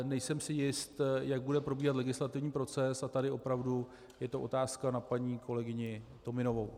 Nejsem si jist, jak bude probíhat legislativní proces, a tady opravdu je to otázka na paní kolegyni Tominovou.